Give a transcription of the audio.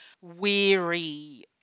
weary